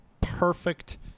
perfect